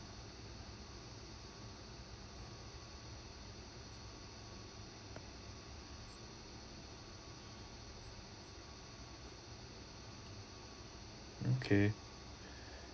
okay